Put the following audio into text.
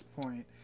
point